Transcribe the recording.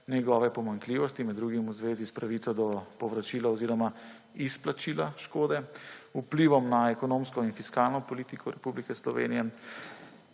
njegove pomanjkljivosti, med drugim v zvezi s pravico do povračila oziroma izplačila škode, vplivom na ekonomsko in fiskalno politiko Republike Slovenije,